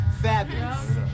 fabulous